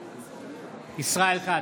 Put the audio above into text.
בעד ישראל כץ,